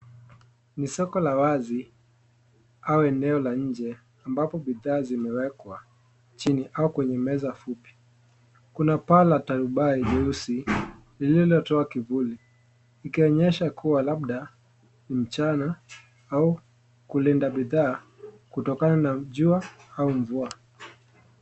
Ni soko la wazi au eneo la nje ambapo bidhaa zimewekwa chini au kwenye meza fupi, kuna paa la tarubai leusi lililotoa kivuli ikionyesha kuwa labda ni mchana au kulinda bidhaa kutokana na jua au mvua.